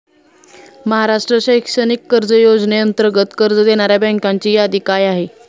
महाराष्ट्र शैक्षणिक कर्ज योजनेअंतर्गत कर्ज देणाऱ्या बँकांची यादी काय आहे?